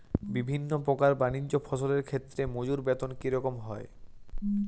বিভিন্ন প্রকার বানিজ্য ফসলের ক্ষেত্রে মজুর বেতন কী রকম হয়?